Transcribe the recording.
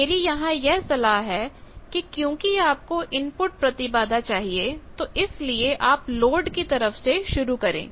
मेरी यहां यह सलाह है कि क्योंकि आपको इनपुट प्रतिबाधा चाहिए तो इसलिए आप लोड की तरफ से शुरू करें